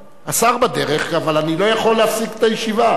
השר בדרך, אבל אני לא יכול להפסיק את הישיבה.